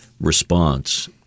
response